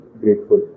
grateful